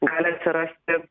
gali atsirasti